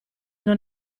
non